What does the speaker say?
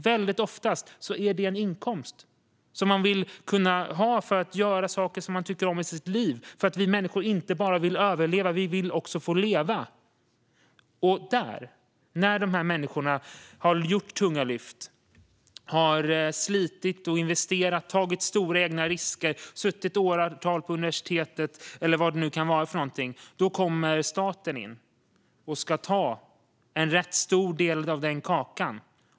Väldigt ofta är det en inkomst som man vill ha för att kunna göra saker i sitt liv. Vi människor vill inte bara överleva, utan vi vill också få leva. När dessa människor har gjort tunga lyft, slitit, investerat, tagit stora egna risker, suttit åratal på universitetet eller vad det nu kan vara kommer staten in och tar en rätt stor del av kakan.